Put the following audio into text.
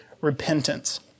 repentance